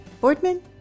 Boardman